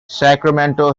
sacramento